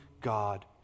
God